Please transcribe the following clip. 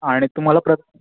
आणि तुम्हाला प्र